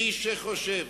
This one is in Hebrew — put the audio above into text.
מי שחושב,